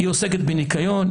היא עוסקת בניקיון,